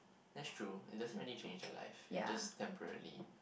that's true it doesn't really change our life it's just temporarily